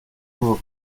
jour